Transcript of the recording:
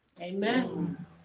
Amen